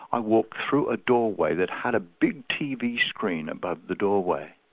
i walked through a doorway that had a big tv screen above the doorway.